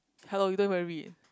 hello you don't worry eh